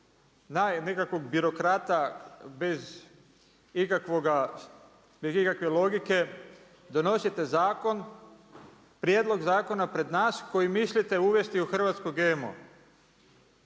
naj nekakvog birokrata, bez ikakve logike, donosite zakon, prijedlog zakona pred nas koji mislite uvesti u Hrvatsko GMO.